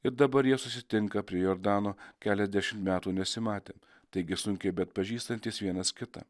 ir dabar jie susitinka prie jordano keliasdešim metų nesimatę taigi sunkiai beatpažįstantys vienas kitą